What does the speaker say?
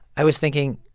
i was thinking,